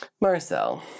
Marcel